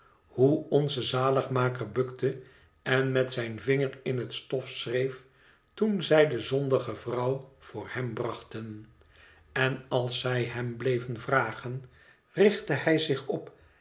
hoe onze zaligmaker bukte en met zijn vinger in het stof schreef toen zij de zondige vrouw voor hem brachten én als zij hem bleven vragen richtte hij zich op